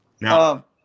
Now